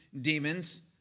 demons